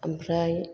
ओमफ्राय